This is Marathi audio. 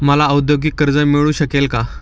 मला औद्योगिक कर्ज मिळू शकेल का?